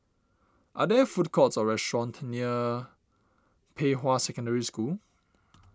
are there food courts or restaurants near Pei Hwa Secondary School